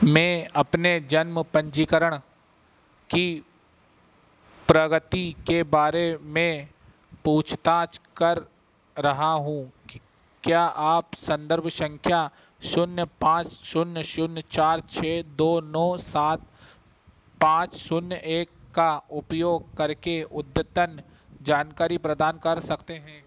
मैं अपने जन्म पंजीकरण की प्रगति के बारे में पूछताछ कर रहा हूँ कि क्या आप संदर्भ संख्या शून्य पाँच शून्य शून्य चार छः दो नौ सात पाँच शून्य एक का उपयोग करके उद्दतन जानकारी प्रदान कर सकते हैं